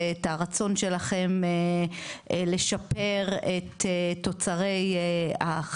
ואת הרצון שלכם לשפר את תוצרי החקיקה.